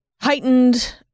heightened